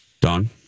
Don